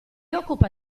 occupa